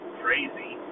crazy